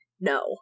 No